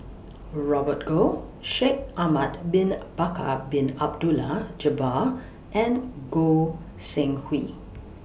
Robert Goh Shaikh Ahmad Bin Bakar Bin Abdullah Jabbar and Goi Seng Hui